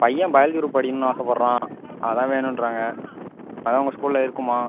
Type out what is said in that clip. பையன் biology group படிக்கணும்னு ஆசைப்பட்றான் அதுதான் வேணுன்றாங்க அதுதான் உங்கள் ஸ்கூல்ல இருக்குமா